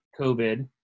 COVID